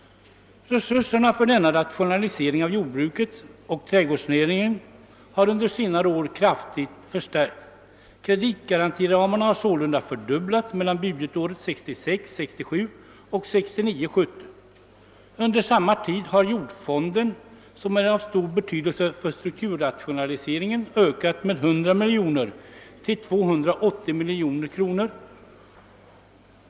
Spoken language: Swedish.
Resurserna för denna rationalisering av jordbruket och trädgårdsnäringen har under senare år kraftigt förstärkts. Kreditgarantiramarna har sålunda fördubblats mellan budgetåren 1966 70. Under samma tid har jordfonden, som har stor betydelse för strukturrationaliseringen, ökat med 100 miljoner kronor till 280 miljoner kronor.